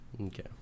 Okay